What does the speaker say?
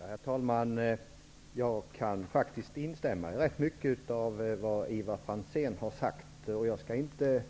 Herr talman! Jag kan faktiskt instämma i rätt mycket av det Ivar Franzén har sagt. Jag tänker inte